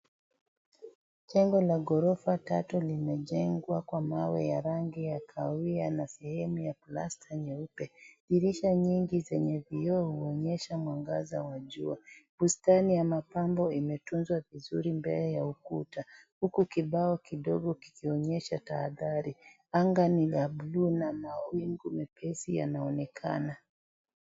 Jengo la ghorofa tatu linajengwa kwa mawe ya rangi ya kahawia na sehemu ya plasta nyeupe. Dirisha nyingi zenye vioo huonyesha mwangaza wa jua. Bustani ya mapambo imetunzwa vizuri mbele ya ukuta huku kibao kidogo kikionyesha tahadhari. Anga ni la bluu na mawingu mepesi yanaonekana.